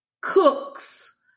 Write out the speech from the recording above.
cooks